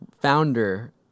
founder